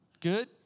Good